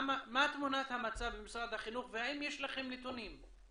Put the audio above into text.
מה תמונת המצב במשרד החינוך והאם יש לכם נתונים.